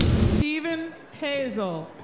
steven hazel.